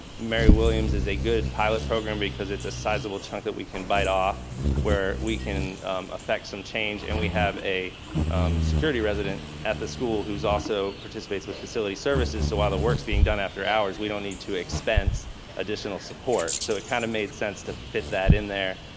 mary williams is a good pilot program because it's a sizeable chunk that we can bite off where we can affect some change. and we have a security resident at the school who also participates with facility services. so while the work's being done after hours we don't need to expense additional support. so it kind of made sense to fit that in there.